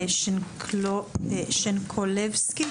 שנקולבסקי.